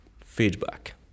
feedback